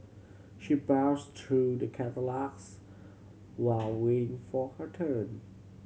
she browsed through the catalogues while waiting for her turn